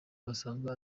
wasanga